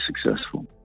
successful